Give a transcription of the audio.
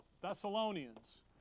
Thessalonians